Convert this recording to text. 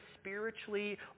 spiritually